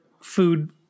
food